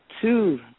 two